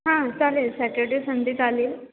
हां चालेल Saturday Sunday चालेल